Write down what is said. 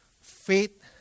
faith